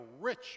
rich